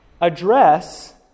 address